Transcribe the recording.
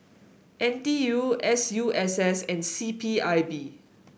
N T U S U S S and C P I B